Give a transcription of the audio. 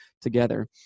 together